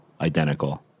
identical